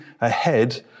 ahead